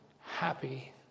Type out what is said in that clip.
happy